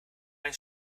eine